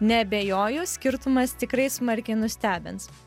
neabejoju skirtumas tikrai smarkiai nustebins